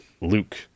Luke